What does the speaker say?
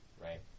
right